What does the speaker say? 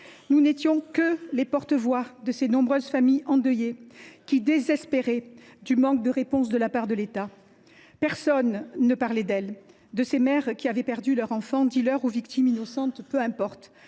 nous n’étions que les porte voix de ces nombreuses familles endeuillées, qui désespéraient du manque de réponse de la part de l’État. Personne ne parlait d’elles ni de ces mères qui avaient perdu leur enfant, dealer ou victime innocente, peu importe.